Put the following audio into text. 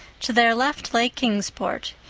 to their left lay kingsport,